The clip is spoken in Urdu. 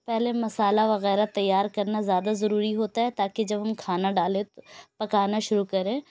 پہلے مسالہ وغیرہ تیار کرنا زیادہ ضروری ہوتا ہے تاکہ جب ہم کھانا ڈالیں پکانا شروع کریں